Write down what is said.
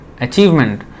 achievement